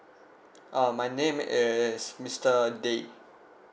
um my name is mister day